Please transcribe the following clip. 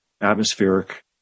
atmospheric